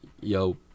Yo